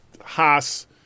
Haas